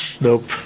Nope